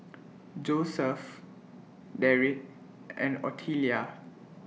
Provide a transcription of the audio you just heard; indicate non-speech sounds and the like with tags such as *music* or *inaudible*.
*noise* Joeseph Derick and Otelia